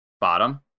Bottom